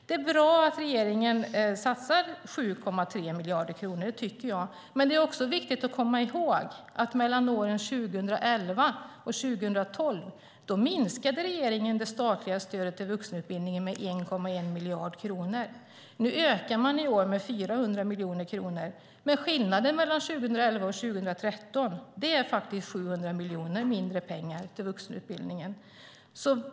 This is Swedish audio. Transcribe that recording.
Det är bra att regeringen satsar 7,3 miljarder kronor, men det är också viktigt att komma ihåg att regeringen mellan åren 2011 och 2012 minskade det statliga stödet till vuxenutbildningen med 1,1 miljard kronor. I år ökar man med 400 miljoner kronor. År 2013 får alltså vuxenutbildningen 700 miljoner mindre än 2011.